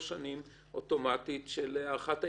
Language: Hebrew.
שנים אוטומטית של הארכת ההתיישנות,